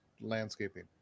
landscaping